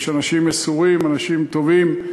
יש אנשים מסורים, אנשים טובים,